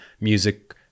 music